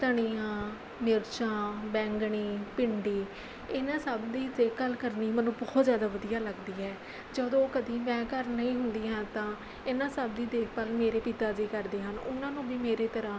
ਧਨੀਆ ਮਿਰਚਾਂ ਬੈਂਗਣੀ ਭਿੰਡੀ ਇਹਨਾਂ ਸਭ ਦੀ ਤਾਂ ਗੱਲ ਕਰਨੀ ਮੈਨੂੰ ਬਹੁਤ ਜ਼ਿਆਦਾ ਵਧੀਆ ਲੱਗਦੀ ਹੈ ਜਦੋਂ ਕਦੀ ਮੈਂ ਘਰ ਨਹੀਂ ਹੁੰਦੀ ਹਾਂ ਤਾਂ ਇਹਨਾਂ ਸਭ ਦੀ ਦੇਖਭਾਲ ਮੇਰੇ ਪਿਤਾ ਜੀ ਕਰਦੇ ਹਨ ਉਹਨਾਂ ਨੂੰ ਵੀ ਮੇਰੇ ਤਰ੍ਹਾਂ